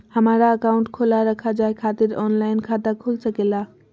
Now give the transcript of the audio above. हमारा अकाउंट खोला रखा जाए खातिर ऑनलाइन खाता खुल सके ला?